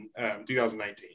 2019